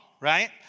right